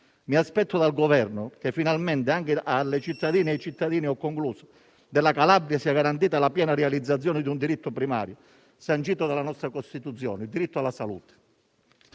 Mi aspetto dal Governo che finalmente anche alle cittadine e ai cittadini della Calabria sia garantita la piena realizzazione di un diritto primario sancito dalla nostra Costituzione: il diritto alla salute.